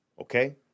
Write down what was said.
okay